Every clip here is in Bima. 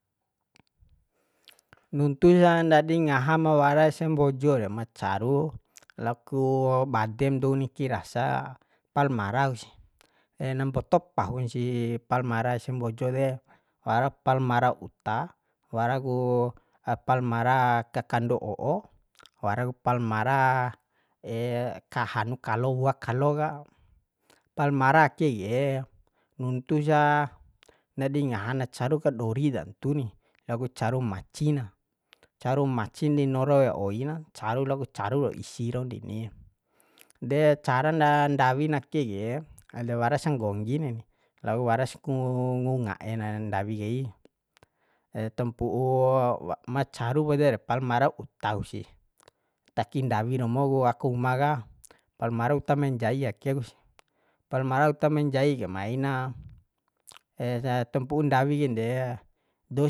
nuntu sa ndadi ngaha ma wara ese mbojo re ma caru laoku badem dou niki rasa palmara kusi na mboto pahun si palmara ese mbojo de warak palmara uta waraku palmara kakando o'o warak palmara kahanu kalo wua kalo ka palmara ke ke nuntusa ndadi ngah na caruk kadori tantu ni lao ku caru maci na caru macin di noro wea oi na caru lok caru rau isi raun deni de cara nda ndawin ake ke ede warasa nggonggi na ni lao ku waras ku ngunga'e na ndawi kai tampu'u ma caru poda de palmara utaksi taki ndawi romo ku aka uma ka palmara uta menjai akek si palmara uta menjai ke maina tampu'u ndawi kainde dou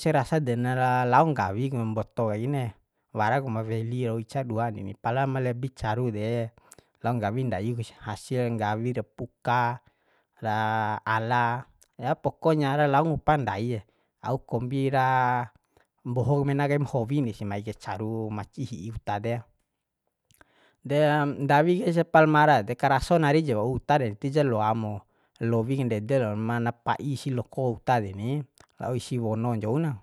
se rasa de na ra lao nggawi ku mboto kaina warak ma weli rau ica duan reni palam lebi caru de lao nggawi ndai kusi hasil nggawi ra pukka ala ya pokonya ra lao ngupa ndaie au kombi ra mboho mena kaim howin desi mai kai caru maci hi'i uta de de ndawi kaisa palmara de karaso nari ja wau uta de ti ja loa mu lowi kandede lo mana pa'i si loko uta deni la'o isi wono ncau na